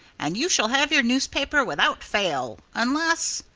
and you shall have your newspaper without fail unless,